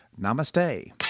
Namaste